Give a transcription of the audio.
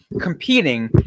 competing